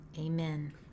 Amen